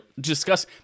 discuss